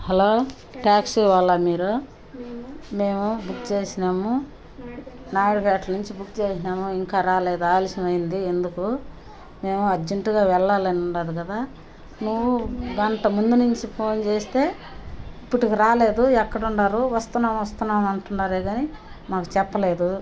hello taxi వాళ్ళా మీరు మేము బుక్ చేశాము నాయుడుపేట నుంచి బుక్ చేశాము ఇంకా రాలేదు ఆలస్యమైంది ఎందుకు మేము అర్జెంటుగా వెళ్ళాలని ఉంది కదా నువ్వు గంట ముందు నుంచి ఫోన్ చేస్తే ఇప్పటికి రాలేదు ఎక్కడ ఉన్నారు వస్తున్నాం వస్తున్నాం అంటున్నారే గానీ మాకు చెప్పలేదు